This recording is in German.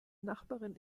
nachbarin